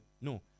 No